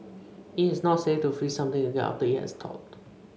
it is not safe to freeze something again after it has thawed